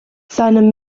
seine